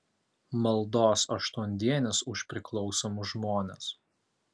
maldos aštuondienis už priklausomus žmones